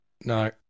No